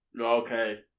Okay